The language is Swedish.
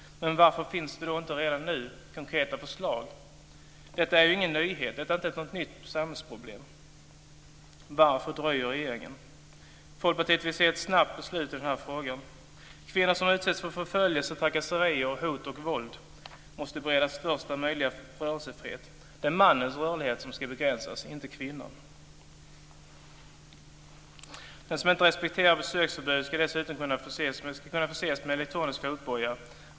Men varför finns det inte redan nu konkreta förslag? Detta är ju ingen nyhet. Det är inget nytt samhällsproblem. Varför dröjer regeringen? Folkpartiet vill se ett snabbt beslut i denna fråga. Kvinnor som utsätts för förföljelse, trakasserier, hot och våld måste beredas största möjliga rörelsefrihet. Det är mannens rörlighet som ska begränsas inte kvinnans. Den som inte respekterar besöksförbudet ska kunna förses med elektronisk fotboja.